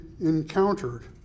encountered